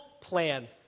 plan